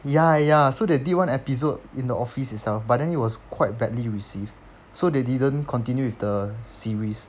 ya ya so they did one episode in the office itself but then he was quite badly received so they didn't continue with the series